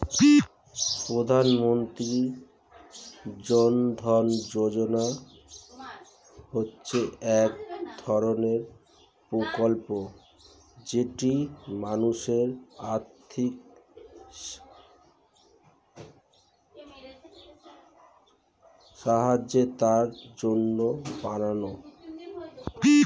প্রধানমন্ত্রী জন ধন যোজনা হচ্ছে এক ধরণের প্রকল্প যেটি মানুষের আর্থিক সহায়তার জন্য বানানো